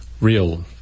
real